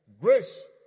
Grace